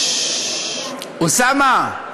אוסאמה.